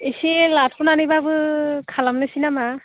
एसे लाथ'नानैब्लाबो खालामनोसै नामा